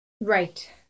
Right